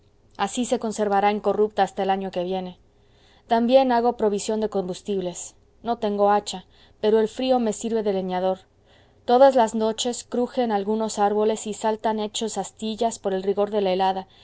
así se conservará incorrupta hasta el año que viene también hago provisión de combustibles no tengo hacha pero el frío me sirve de leñador todas las noches crujen algunos árboles y saltan hechos astillas por el rigor de la helada